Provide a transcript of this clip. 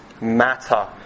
matter